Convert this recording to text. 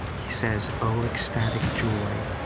he says, oh, ecstatic joy,